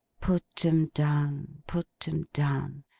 put em down, put em down!